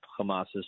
Hamas's